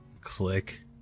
Click